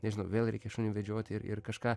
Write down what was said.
nežinau vėl reikia šunį vedžioti ir ir kažką